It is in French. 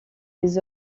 les